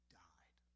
died